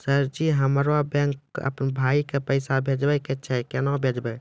Sir जी हमरा अपनो भाई के पैसा भेजबे के छै, केना भेजबे?